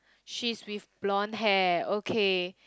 she's with blonde hair okay